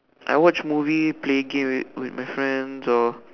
I watch movie play game with with my friends or